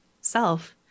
self